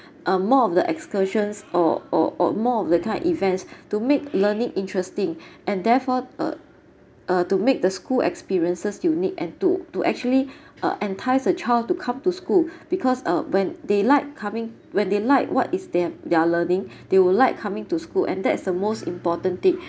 uh more of the excursions or or or more of the kind events to make learning interesting and therefore uh uh to make the school experiences unique and to to actually uh entice a child to come to school because uh when they liked coming when they like what is their their learning they will like coming to school and that's the most important thing